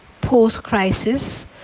Post-crisis